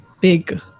big